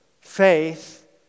faith